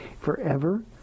forever